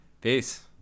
Peace